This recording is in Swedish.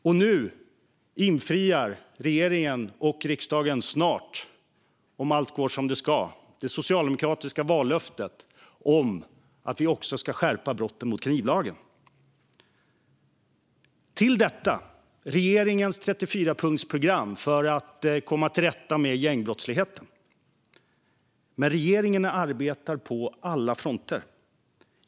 Snart infriar regeringen och riksdagen, om allt går som det ska, det socialdemokratiska vallöftet om att vi också ska skärpa straffen för brott mot knivlagen. Till detta kommer regeringens 34-punktsprogram för att vi ska komma till rätta med gängbrottsligheten. Men regeringen arbetar på alla fronter.